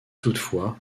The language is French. toutefois